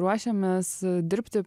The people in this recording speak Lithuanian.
ruošiamės dirbti